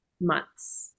months